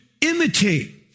imitate